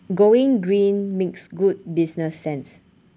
going green makes good business sense